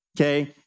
Okay